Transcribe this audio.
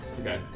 Okay